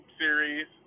series